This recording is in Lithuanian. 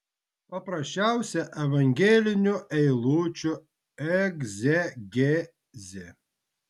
paprasčiausia evangelinių eilučių egzegezė